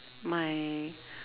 my